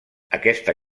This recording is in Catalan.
aquesta